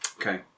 Okay